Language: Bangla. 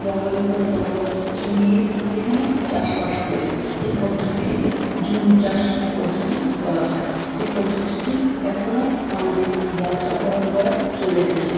জঙ্গলের পর জঙ্গল পুড়িয়ে সেখানে চাষবাস করে সেই পদ্ধতিটাকে ঝুম চাষ পদ্ধতি বলা হয় এই পদ্ধতিটি এখনো আমাদের বংশ পরম্পরায় চলে এসেছে